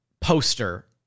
poster